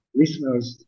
listeners